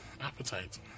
Appetite